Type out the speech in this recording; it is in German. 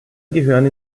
gehören